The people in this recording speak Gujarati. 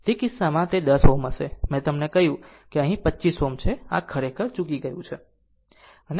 તેથી તે કિસ્સામાં તે 10 Ω હશે અને મેં તમને કહ્યું અહીં તે 25 Ω છે આ ખરેખર ચૂકી ગયું છે